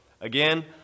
again